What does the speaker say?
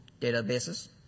databases